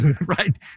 right